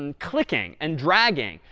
and clicking and dragging,